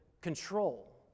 control